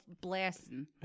blasting